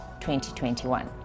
2021